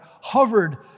hovered